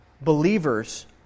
believers